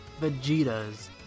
Vegetas